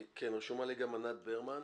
רשומה לי גם ענת ברמן בבקשה.